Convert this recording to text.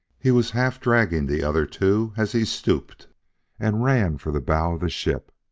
he was half dragging the other two as he stooped and ran for the bow of the ship.